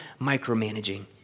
micromanaging